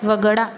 वगळा